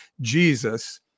Jesus